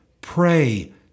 Pray